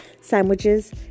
sandwiches